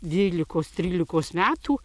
dvylikos trylikos metų